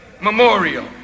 Memorial